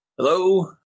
Hello